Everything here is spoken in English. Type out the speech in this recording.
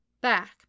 back